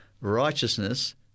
righteousness